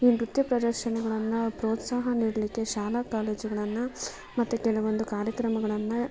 ಈ ನೃತ್ಯ ಪ್ರದರ್ಶನಗಳನ್ನು ಪ್ರೋತ್ಸಾಹ ನೀಡಲಿಕ್ಕೆ ಶಾಲಾ ಕಾಲೇಜುಗಳನ್ನು ಮತ್ತು ಕೆಲವೊಂದು ಕಾರ್ಯಕ್ರಮಗಳನ್ನು